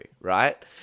right